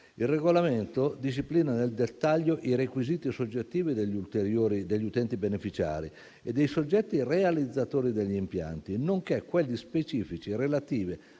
Il regolamento disciplina nel dettaglio i requisiti soggettivi degli utenti beneficiari e dei soggetti realizzatori degli impianti, nonché quelli specifici relativi